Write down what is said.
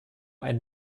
einen